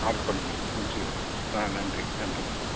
of பண்ணிக்கங்க முடிச்சுக்கலாம் ஆ நன்றிங்க நன்றிங்க